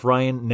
Ryan